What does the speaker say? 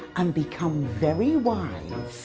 and become very wise.